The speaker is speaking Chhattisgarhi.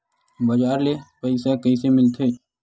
बजार ले पईसा कइसे मिलथे?